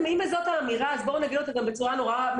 אם זו האמירה אז בוא נגיד אותה בצורה מסודרת.